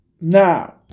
Now